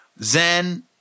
zen